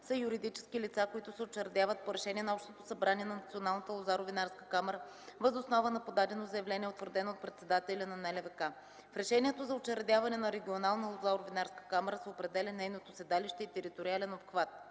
са юридически лица, които се учредяват по решение на Общото събрание на Националната лозаро-винарска камара въз основа на подадено заявление, утвърдено от председателя на НЛВК. В решението за учредяване на регионално лозаро-винарска камара се определя нейното седалище и териториален обхват.